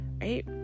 right